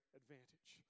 advantage